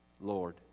Lord